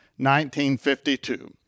1952